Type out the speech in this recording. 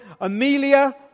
Amelia